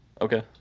Okay